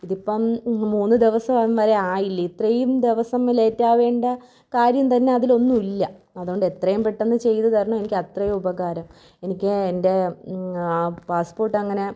ഇതിപ്പം മൂന്ന് ദിവസം വരെ ആയില്ലേ ഇത്രയും ദിവസം ലേറ്റാവേണ്ട കാര്യം തന്നെ അതിലൊന്നുമില്ല അതോണ്ടെത്രയും പെട്ടന്ന് ചെയ്ത് തരണം എനിക്കത്രയും ഉപകാരം എനിക്ക് എൻ്റെ പാസ്സ്പോട്ടങ്ങനെ